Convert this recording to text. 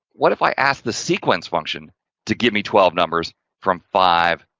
what if i ask the sequence function to give me twelve numbers from five,